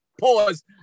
Pause